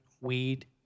Weed